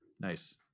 Nice